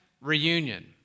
reunion